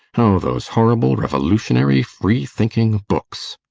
oh, those horrible, revolutionary, free-thinking books!